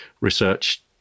research